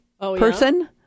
person